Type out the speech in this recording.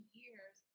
years